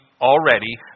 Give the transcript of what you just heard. Already